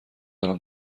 دارم